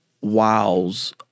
wows